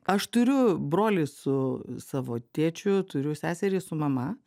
aš turiu brolį su savo tėčiu turiu seserį su mama